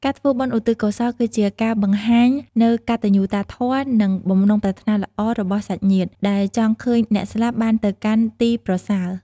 ការធ្វើបុណ្យឧទ្ទិសកុសល គឺជាការបង្ហាញនូវកតញ្ញូតាធម៌ និងបំណងប្រាថ្នាល្អរបស់សាច់ញាតិ ដែលចង់ឃើញអ្នកស្លាប់បានទៅកាន់ទីប្រសើរ។